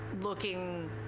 looking